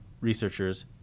researchers